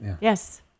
Yes